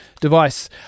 device